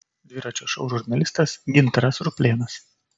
dviračio šou žurnalistas gintaras ruplėnas